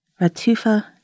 Ratufa